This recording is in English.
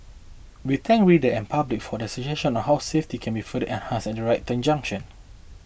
we thank reader and public for their suggestion on how safety can be further enhanced at right turn junction